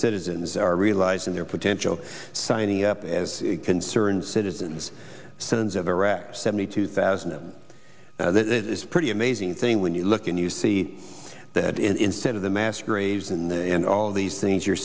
citizens are realizing their potential signing up as concerned citizens sons of iraq seventy two thousand and that is pretty amazing thing when you look and you see that instead of the mass graves and all these things you're